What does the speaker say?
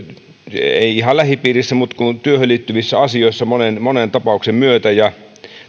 en ihan lähipiirissä mutta työhön liittyvissä asioissa monen monen tapauksen myötä ja